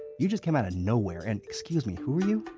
you just came out of nowhere and excuse me, who are you?